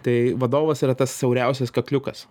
tai vadovas yra tas siauriausias kakliukas